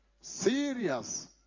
Serious